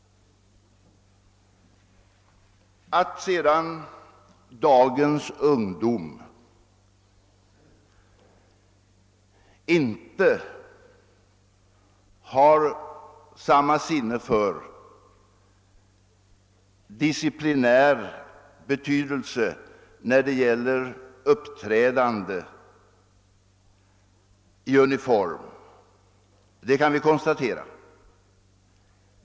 Att sedan dagens ungdom inte har samma sinne för den disciplinära betydelsen vid uppträdande i uniform kan vi konstatera.